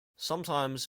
sometimes